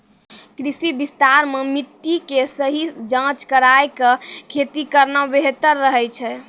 कृषि विस्तार मॅ मिट्टी के सही जांच कराय क खेती करना बेहतर रहै छै